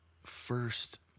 first